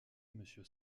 monsieur